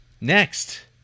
Next